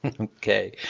Okay